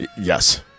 Yes